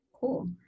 Cool